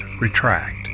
retract